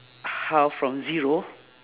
how from zero